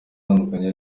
atandukanye